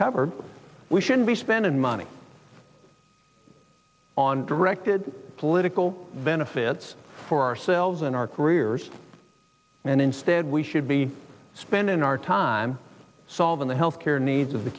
cover we shouldn't be spending money on directed political benefits for ourselves and our careers and instead we should be spending our time solving the health care needs of the